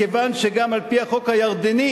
כיוון שגם לפי החוק הירדני,